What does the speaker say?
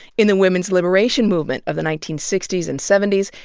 in the women's liberation movement of the nineteen sixty s and seventy s,